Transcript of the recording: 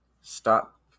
stop